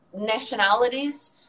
nationalities